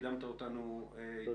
קידמת אותנו היטב.